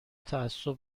تعصب